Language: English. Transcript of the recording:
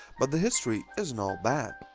but the history isn't all bad.